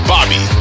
Bobby